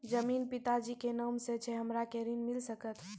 जमीन पिता जी के नाम से छै हमरा के ऋण मिल सकत?